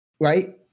right